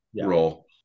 role